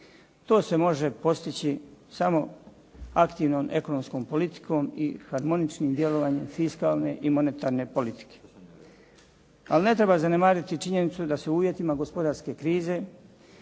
To se može postići samo aktivnom ekonomskom politikom i harmoničnim djelovanjem fiskalne i monetarne politike. Ali ne treba zanemariti činjenicu da su u uvjetima gospodarske krize,